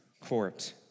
court